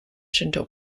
shinto